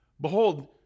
Behold